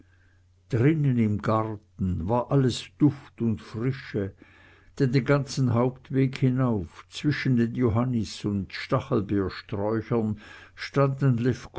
drinnen im garten war alles duft und frische denn den ganzen hauptweg hinauf zwischen den johannis und stachelbeersträuchern standen